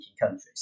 countries